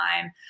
time